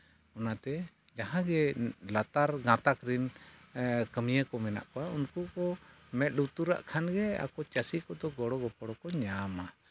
ᱚᱱᱟᱛᱮ ᱡᱟᱦᱟᱸᱜᱮ ᱞᱟᱛᱟᱨ ᱜᱟᱛᱟᱠ ᱨᱤᱱ ᱠᱟᱹᱢᱭᱟᱹ ᱠᱚ ᱢᱮᱱᱟᱜ ᱠᱚᱣᱟ ᱩᱱᱠᱩ ᱠᱚ ᱢᱮᱸᱫ ᱞᱩᱛᱩᱨᱟᱜ ᱠᱷᱟᱱᱜᱮ ᱟᱠᱚ ᱪᱟᱹᱥᱤ ᱠᱚᱫᱚ ᱜᱚᱲᱚᱼᱜᱚᱯᱚᱲᱚ ᱠᱚ ᱧᱟᱢᱟ